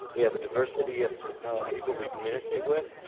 we have a diversity of people we communicate with,